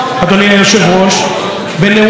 גם סקרה בנאומה,